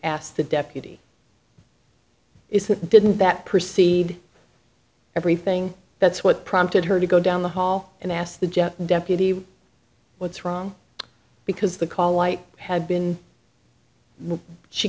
asked the deputy is that didn't that proceed everything that's what prompted her to go down the hall and ask the judge deputy what's wrong because the call white had been she